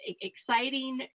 exciting